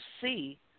see